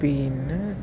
പിന്നെ